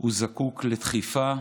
הוא זקוק לדחיפה,